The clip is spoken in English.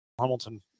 hamilton